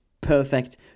Perfect